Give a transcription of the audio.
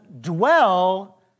dwell